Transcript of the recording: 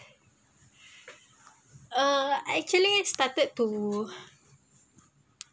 uh I actually started to